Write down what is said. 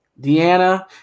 Deanna